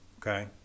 okay